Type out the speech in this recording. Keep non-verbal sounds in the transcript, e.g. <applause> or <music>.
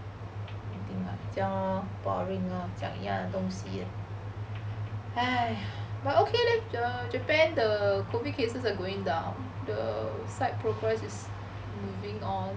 这样 lor boring lor 讲一样的东西 <breath> but okay leh japan the COVID cases are going down the site progress is moving on